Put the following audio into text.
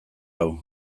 hau